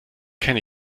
kenne